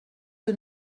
que